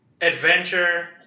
Adventure